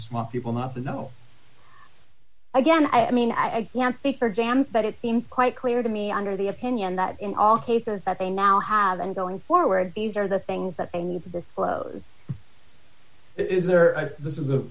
smart people not to know again i mean i can't speak for exams but it seems quite clear to me under the opinion that in all cases that they now have been going forward these are the things that they need to disclose is there this